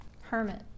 Hermit